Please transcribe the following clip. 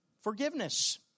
forgiveness